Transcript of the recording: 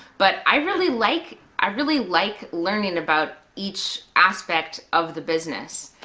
but i really like i really like learning about each aspect of the business,